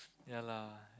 ya lah